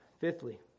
fifthly